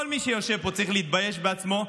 כל מי שיושב פה צריך להתבייש בעצמו.